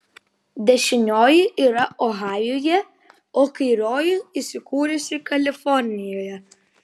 dešinioji yra ohajuje o kairioji įsikūrusi kalifornijoje